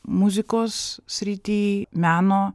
muzikos srity meno